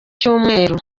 cyumweru